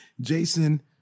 jason